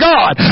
God